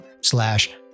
slash